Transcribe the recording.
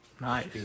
Nice